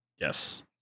Yes